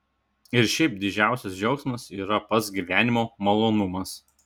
ir šiaip didžiausias džiaugsmas yra pats gyvenimo malonumas